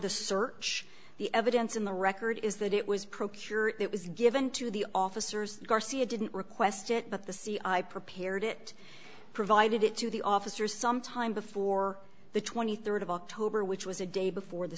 the search the evidence in the record is that it was procured it was given to the officers garcia didn't request it but the c i prepared it provided it to the officers sometime before the rd of october which was a day before the